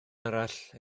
arall